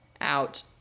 out